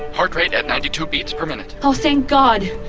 heart rate at ninety-two beats per minute oh, thank god!